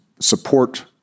support